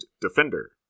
Defender